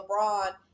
LeBron